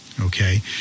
Okay